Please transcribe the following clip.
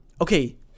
okay